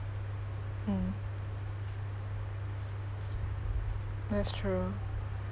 mm that's true